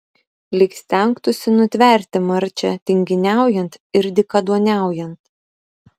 lyg stengtųsi nutverti marčią tinginiaujant ir dykaduoniaujant